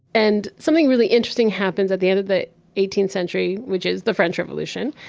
and something really interesting happens at the end of the eighteenth century which is the french revolution.